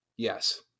Yes